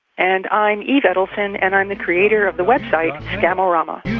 and i'm eve edelson and i'm the creator of the website scamorama.